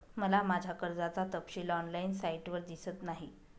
मला माझ्या कर्जाचा तपशील ऑनलाइन साइटवर दिसत नाही